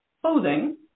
clothing